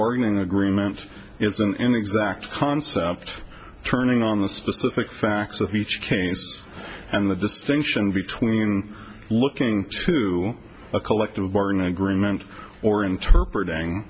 bargaining agreement is an inexact concept turning on the specific facts of each case and the distinction between looking to a collective bargaining agreement or interpret